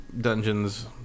dungeons